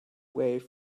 wave